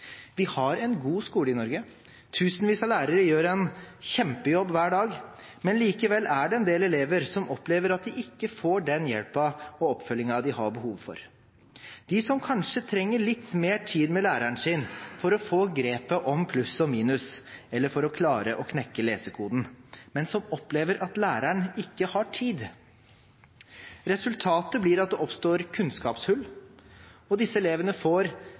Vi har en god skole i Norge. Tusenvis av lærere gjør en kjempejobb hver dag, men likevel er det en del elever som opplever at de ikke får den hjelpen og oppfølgingen de har behov for, som kanskje trenger litt mer tid med læreren sin for å få grep om pluss og minus eller for å klare å knekke lesekoden, men som opplever at læreren ikke har tid. Resultatet blir at det oppstår kunnskapshull, og disse elevene får